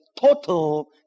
total